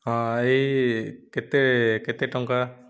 ହଁ ଏଇ କେତେ କେତେ ଟଙ୍କା